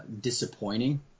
disappointing